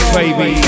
baby